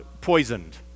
poisoned